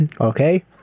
Okay